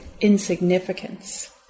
insignificance